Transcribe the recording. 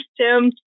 Tim